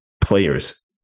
players